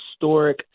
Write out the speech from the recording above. historic